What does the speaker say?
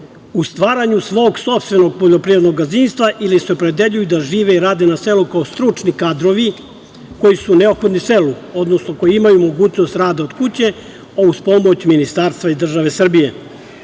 u stvaranju svog sopstvenog poljoprivrednog gazdinstva ili se opredeljuju da žive i rade na selu kao stručni kadrovi koji su neophodni selu, odnosno koji imaju mogućnost rada od kuće, a uz pomoć ministarstva i države Srbije. Pozivam